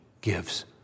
gives